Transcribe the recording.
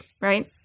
Right